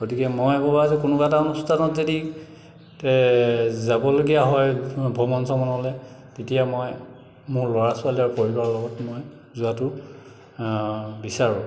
গতিকে মই ভবা যদি কোনোবা এটা অনুষ্ঠানত যদি যাবলগীয়া হয় ভ্ৰমণ চমনলে তেতিয়া মই মোৰ ল'ৰা ছোৱালী আৰু পৰিবাৰৰ লগত মই যোৱাটো বিচাৰোঁ